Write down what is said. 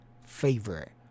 favorite